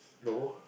no